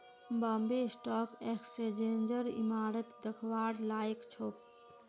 Bombay stock एक्सचेंजेर इमारत दखवार लायक छोक